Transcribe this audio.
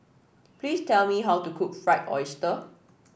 please tell me how to cook Fried Oyster